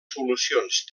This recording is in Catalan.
solucions